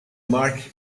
mark